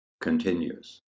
continues